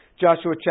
Joshua